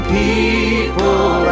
people